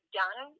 done